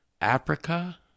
Africa